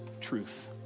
truth